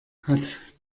hat